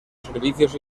servicios